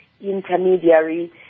intermediary